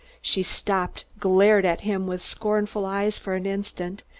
she stopped, glared at him with scornful eyes for an instant,